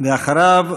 ואחריו,